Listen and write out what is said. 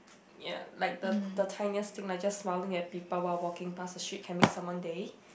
ya like the the tiniest thing like just smiling at people while walking pass a street can make someone day